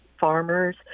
farmers